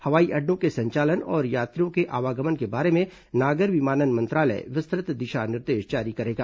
हवाई अड्डों के संचालन और यात्रियों के आवागमन के बारे में नागर विमानन मंत्रालय विस्तृत दिशा निर्देश जारी करेगा